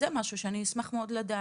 זה משהו שאני אשמח מאוד לדעת.